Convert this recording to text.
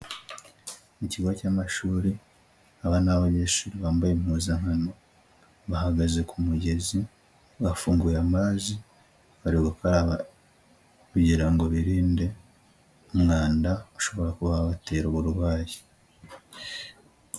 Mu kigo cy'amashuri, aba ni abanyeshuri bambaye impuzankano, bahagaze ku mugezi, bafunguye amazi, bari gukaraba kugira ngo birinde umwanda ushobora kuba wabatera uburwayi.